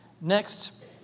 Next